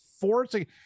forcing